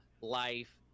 life